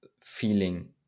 feeling